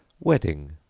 wedding,